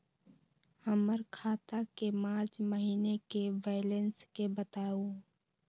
हमर खाता के मार्च महीने के बैलेंस के बताऊ?